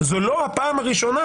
זו לא הפעם הראשונה